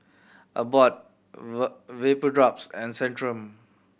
Abbott Vapodrops and Centrum